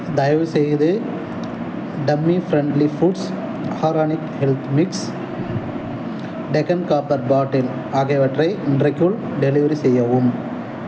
தயவுசெய்து tummy friendly foods organic health mix Deccan copper bottle ஆகியவற்றை இன்றைக்குள் டெலிவெரி செய்யவும்